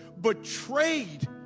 betrayed